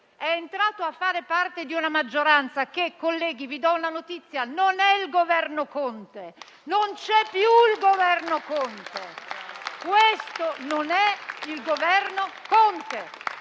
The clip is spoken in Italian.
è entrato a fare parte di una maggioranza che - colleghi, vi do una notizia - non è il Governo Conte; non c'è più il Governo Conte, questo non è il Governo Conte.